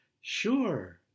Sure